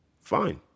Fine